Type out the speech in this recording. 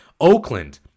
Oakland